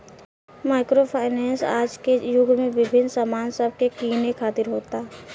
micro finance आज के युग में विभिन्न सामान सब के किने खातिर होता